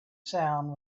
sound